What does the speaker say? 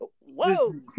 whoa